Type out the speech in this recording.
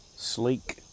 sleek